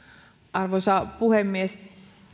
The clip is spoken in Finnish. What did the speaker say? arvoisa puhemies